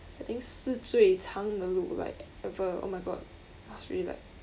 I think 是最长的路 like ever oh my god I was really like